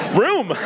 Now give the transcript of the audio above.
room